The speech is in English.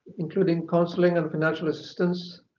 including counseling and financial assistance.